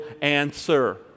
answer